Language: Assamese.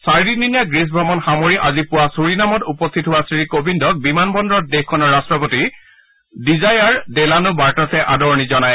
চাৰিদিনীয়া গ্ৰীচ ভ্ৰমণ সামৰি আজি পুৱা ছুৰিনামত উপস্থিত হোৱা শ্ৰীকোবিন্দক বিমান বন্দৰত দেশখনৰ ৰাট্টপতি ডিজায়াৰ ডেলানো বাটাৰ্ছে আদৰণি জনায়